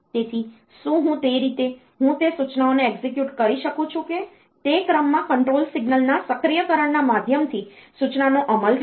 તેથી શું હું તે રીતે હું તે સૂચનાઓને એક્ઝિક્યુટ કરી શકું છું કે તે ક્રમમાં કંટ્રોલ સિગ્નલના સક્રિયકરણના માધ્યમથી સૂચનાનો અમલ થાય છે